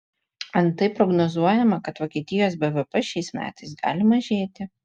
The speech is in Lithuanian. antai prognozuojama kad vokietijos bvp šiais metais gali mažėti